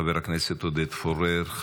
חבר הכנסת עודד פורר.